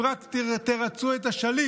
אם רק תרצו את השליט,